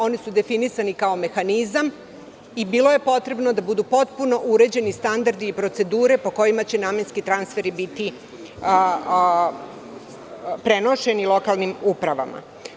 Oni su definisani kao mehanizam i bilo je potrebno da budu potpuno uređeni standardi i procedure po kojima će namenski transferi biti prenošeni lokalnim upravama.